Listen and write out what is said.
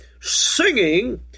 singing